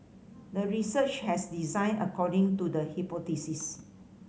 the research has designed according to the hypothesis